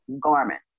garment